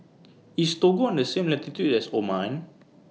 IS Togo on The same latitude as Oman